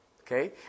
Okay